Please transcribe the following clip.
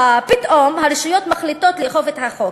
פתאום הרשויות מחליטות לאכוף את החוק,